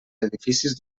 edificis